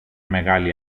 μεγάλη